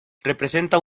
representa